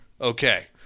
okay